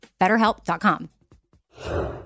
BetterHelp.com